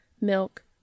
milk